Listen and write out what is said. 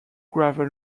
gravel